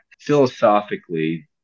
philosophically